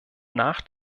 nach